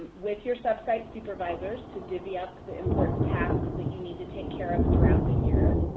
with your sub-site supervisors to divvy up the important tasks that you need to take care of throughout the year.